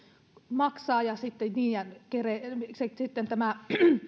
maksaa ja tämä